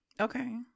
Okay